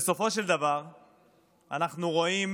בסופו של דבר אנחנו רואים